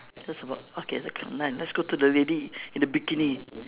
that's about okay done let's go to the lady in a bikini